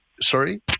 sorry